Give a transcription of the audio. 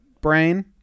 brain